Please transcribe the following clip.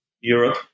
Europe